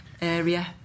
area